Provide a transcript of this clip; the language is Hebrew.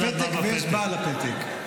יש פתק ויש בעל הפתק.